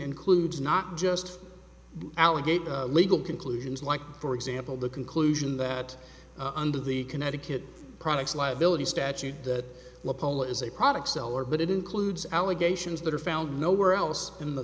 includes not just alligator legal conclusions like for example the conclusion that under the connecticut products liability statute that loophole is a product seller but it includes allegations that are found nowhere else in the